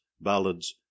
Ballads